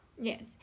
Yes